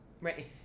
Right